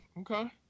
okay